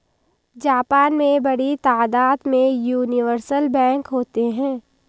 Japan में बड़ी तादाद में यूनिवर्सल बैंक होते हैं